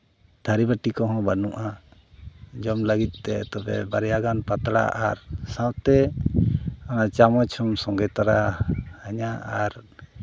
ᱛᱷᱟᱹᱨᱤ ᱵᱟᱹᱴᱤ ᱠᱚᱦᱚᱸ ᱵᱟᱹᱱᱩᱜᱼᱟ ᱡᱚᱢ ᱞᱟᱹᱜᱤᱫ ᱛᱮ ᱛᱚᱵᱮ ᱵᱟᱨᱭᱟᱜᱟᱱ ᱯᱟᱛᱲᱟ ᱟᱨ ᱥᱟᱶᱛᱮ ᱚᱱᱟ ᱪᱟᱢᱚᱪ ᱦᱚᱸᱢ ᱥᱚᱝᱜᱮ ᱛᱚᱨᱟ ᱤᱧᱟᱹᱜ ᱟᱨ